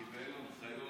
הוא קיבל הנחיות.